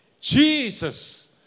Jesus